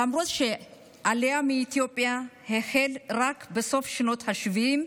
למרות שהעלייה מאתיופיה החלה רק בסוף שנות השבעים,